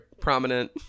prominent